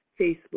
Facebook